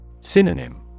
Synonym